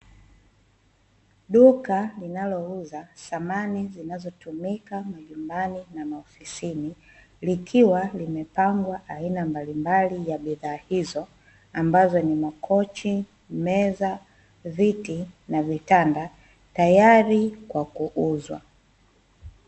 Duka linalouza samani zinazotumika majumbani na maofisini likiwa limepangwa aina mbalimbali ya bidhaa hizo, ambazo ni makochi, meza, viti na vitanda tayari kwa kuuzwa.